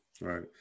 Right